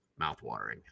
mouthwatering